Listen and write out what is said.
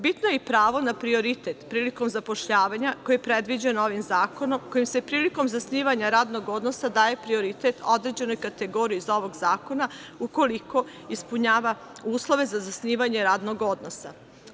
Bitno je i pravo na prioritet prilikom zapošljavanja koje je predviđeno ovim zakonom, kojim se prilikom zasnivanja radnog odnosa daje prioritet određenoj kategoriji iz ovog zakona, ukoliko ispunjava uslove za zasnivanje radnog odnosa.